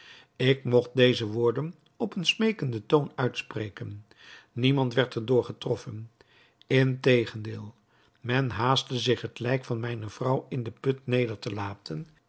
ik mogt deze woorden op een smeekenden toon uitspreken niemand werd er door getroffen integendeel men haastte zich het lijk van mijne vrouw in den put neder te laten